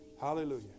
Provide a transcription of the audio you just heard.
Hallelujah